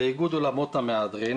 זה איגוד אולמות המהדרין.